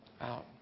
out